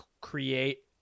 create